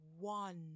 one